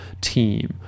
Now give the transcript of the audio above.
team